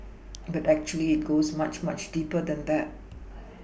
but actually it goes much much deeper than that